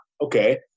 okay